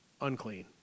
unclean